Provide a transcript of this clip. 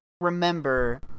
remember